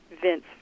Vince